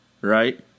Right